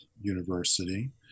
university